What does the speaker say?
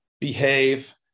behave